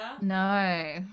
no